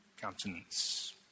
countenance